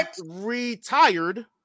retired